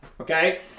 okay